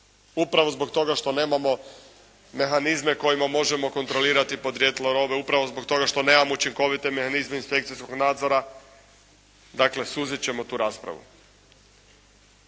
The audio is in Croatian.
upravo zbog toga što nemamo mehanizme kojima možemo kontrolirati podrijetlo robe upravo zbog toga što nemamo učinkovite mehanizme inspekcijskog nadzora, dakle suzit ćemo tu raspravu.